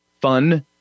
fun